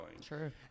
True